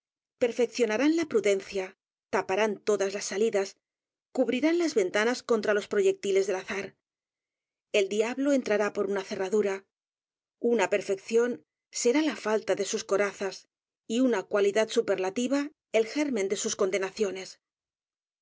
perfeccionarán la prudencia taparán todas las salidas cubrirán las ventanas contra los proyectiles del azar el diablo entrará por una cer r a d u r a una perfección será la falta de sus brazas y una cualidad superlativa el germen de sus condenaciones